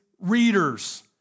readers